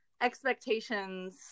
Expectations